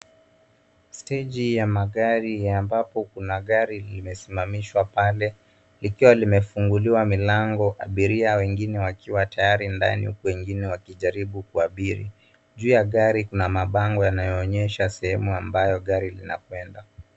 Stegi ya magari ambapo kuna gari limesimamishwa pale, likiwa limefunguliwa milango abiria wengine wakiwa tayari ndani huku wengine wakijaribu kuabiri. Juu ya gari kuna mabango yanayoonyesha sehemu ambayo gari linakwenda.